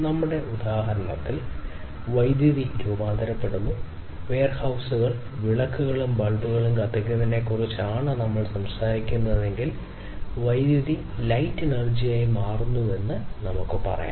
നമ്മളുടെ ഉദാഹരണത്തിൽ വൈദ്യുതി രൂപാന്തരപ്പെടുന്നു വെയർഹൌസുകളിൽ മാറുന്നുവെന്ന് നമുക്ക് പറയാം